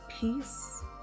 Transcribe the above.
peace